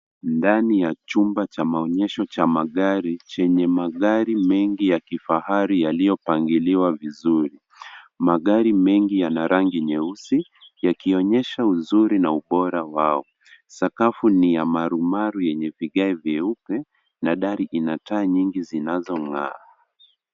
Ndani ya chumba cha maonyesho cha magari chenye magari mengi ya kifahari yaliyopangiliwa vizuri. Magari mengi yana rangi nyeusi yakionyesha uzuri na ubora wao. Sakafu no ya marumaru yenye vigae vyeupe na dari ina taa nyingi zinazong'aa.